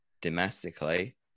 domestically